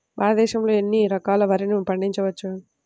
భారతదేశంలో ఎన్ని రకాల వరిని పండించవచ్చు